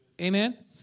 Amen